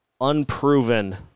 unproven